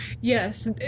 Yes